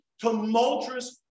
tumultuous